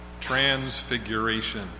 transfiguration